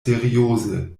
serioze